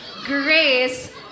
grace